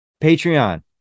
Patreon